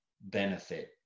benefit